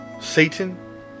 Satan